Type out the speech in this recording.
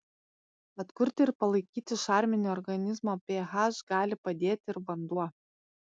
atkurti ir palaikyti šarminį organizmo ph gali padėti ir vanduo